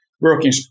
working